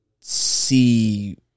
see